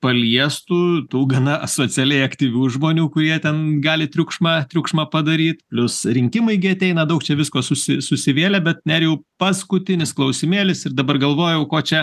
paliestų tų gana a socialiai aktyvių žmonių kurie ten gali triukšmą triukšmą padaryt plius rinkimai gi ateina daug čia visko susi susivėlė bet nerijau paskutinis klausimėlis ir dabar galvojau ko čia